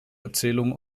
erzählung